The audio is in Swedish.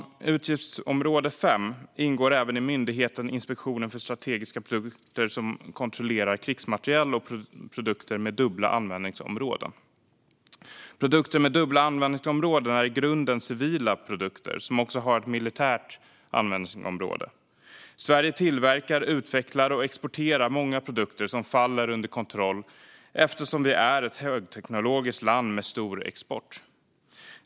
I utgiftsområde 5 ingår även myndigheten Inspektionen för strategiska produkter, som kontrollerar krigsmateriel och produkter med dubbla användningsområden. Produkter med dubbla användningsområden är i grunden civila produkter som också har ett militärt användningsområde. Sverige tillverkar, utvecklar och exporterar många produkter som faller under kontroll eftersom vi är ett högteknologiskt land med stor export.